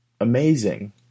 amazing